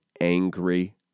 angry